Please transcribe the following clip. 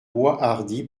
boishardy